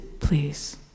please